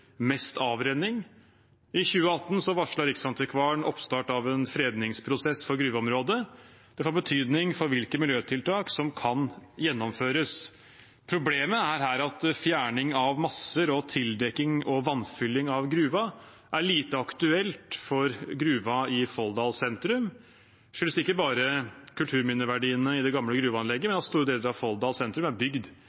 mest avrenning. I 2018 varslet Riksantikvaren oppstart av en fredningsprosess for gruveområdet. Det har betydning for hvilke miljøtiltak som kan gjennomføres. Problemet er her at fjerning av masser og tildekking og vannfylling av gruver er lite aktuelt for gruven i Folldal sentrum. Det skyldes ikke bare kulturminneverdiene i det gamle gruveanlegget,